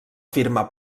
firma